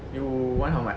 you want how much